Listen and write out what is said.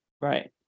Right